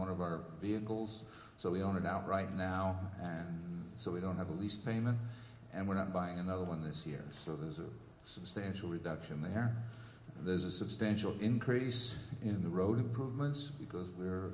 somewhat of our vehicles so we are now right now so we don't have a lease payment and we're not buying another one this year so there's a substantial reduction there there's a substantial increase in the road improvements because w